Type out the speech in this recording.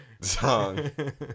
song